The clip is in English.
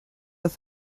have